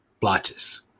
blotches